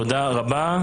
תודה רבה.